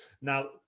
Now